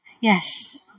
Yes